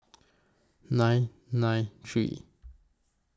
nine nine three